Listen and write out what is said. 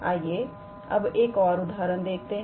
आइए अब एक और उदाहरण देखते हैं